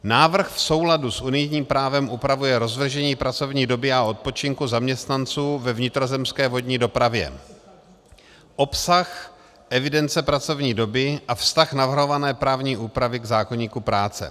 Návrh v souladu s unijním právem upravuje rozložení pracovní doby a odpočinku zaměstnanců ve vnitrozemské vodní dopravě, obsah evidence pracovní doby a vztah navrhované právní úpravy k zákoníku práce.